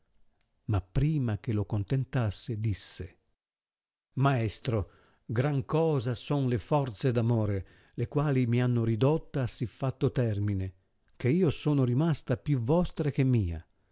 ma prima che lo contentasse disse maestro gran cosa son le forze d amore le quali mi hanno ridotta a si fatto termine che io sono rimasta più vostra che mia